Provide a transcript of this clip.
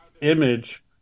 image